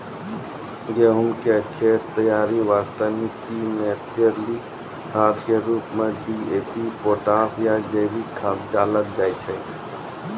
गहूम के खेत तैयारी वास्ते मिट्टी मे तरली खाद के रूप मे डी.ए.पी पोटास या जैविक खाद डालल जाय छै